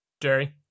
Jerry